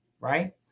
Right